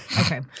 Okay